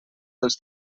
dels